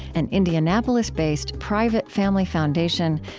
an indianapolis-based, private family foundation,